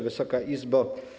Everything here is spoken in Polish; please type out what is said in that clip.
Wysoka Izbo!